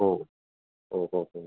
ഓ ഓ ഹോ ഹോ